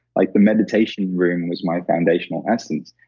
like, the meditation room was my foundational essence.